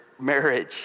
marriage